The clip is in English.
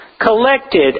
collected